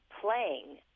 playing